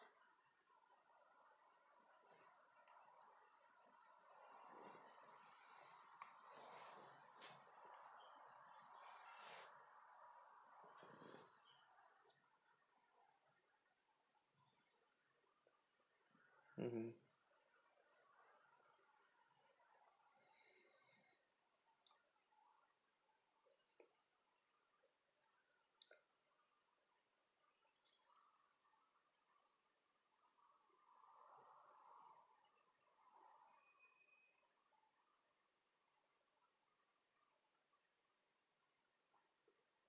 mmhmm